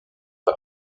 par